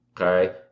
Okay